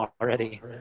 already